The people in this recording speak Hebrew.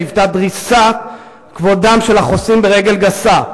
היוו דריסת כבודם של החוסים ברגל גסה.